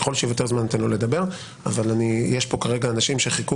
ככל שיוותר זמן אתן לו לדבר אבל יש פה אנשים שחיכו